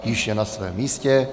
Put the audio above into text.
Již je na svém místě.